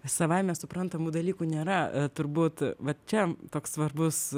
savaime suprantamų dalykų nėra turbūt va čia toks svarbus